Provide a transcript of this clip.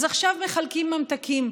אז עכשיו מחלקים ממתקים,